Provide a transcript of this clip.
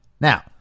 Now